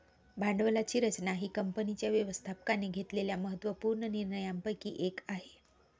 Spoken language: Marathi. भांडवलाची रचना ही कंपनीच्या व्यवस्थापकाने घेतलेल्या महत्त्व पूर्ण निर्णयांपैकी एक आहे